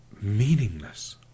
meaningless